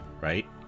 right